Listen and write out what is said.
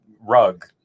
rug